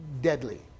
deadly